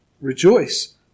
rejoice